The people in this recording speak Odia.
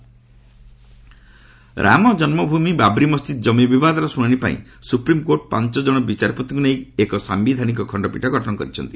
ଏସ୍ସି ଅଯୋଧ୍ୟା ରାମ ଜନ୍ମଭୂମି ବାବ୍ରି ମସ୍ଜିଦ୍ ଜମି ବିବାଦର ଶୁଣାଣି ପାଇଁ ସୁପ୍ରିମ୍କୋର୍ଟ ପାଞ୍ଚ ଜଣ ବିଚାରପତିଙ୍କୁ ନେଇ ଏକ ସାୟିଧାନିକ ଖଣ୍ଡପୀଠ ଗଠନ କରିଛନ୍ତି